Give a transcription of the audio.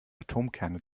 atomkerne